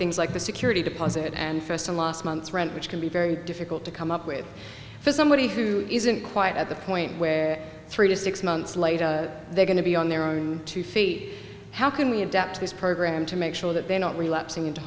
things like the security deposit and first or last month's rent which can be very difficult to come wait for somebody who isn't quite at the point where three to six months later they're going to be on their own two feet how can we adapt to this program to make sure that they don't relapse into